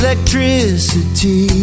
Electricity